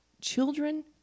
children